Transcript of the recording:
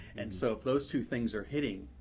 and so if those two things are hitting,